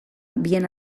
bien